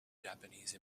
japanese